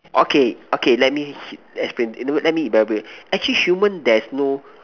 okay okay let me explain let me elaborate actually human there is no